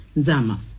zama